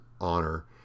honor